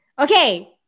Okay